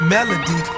Melody